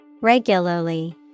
Regularly